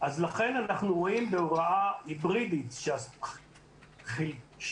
לכן אנחנו רואים בהוראה היברידית שליש